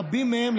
רבים מהם,